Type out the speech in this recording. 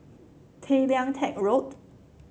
Tay Lian Teck Road